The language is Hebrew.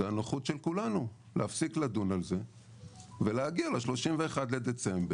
זה הנוחות של כולנו להפסיק לדון על זה ולהגיע ל-31 בדצמבר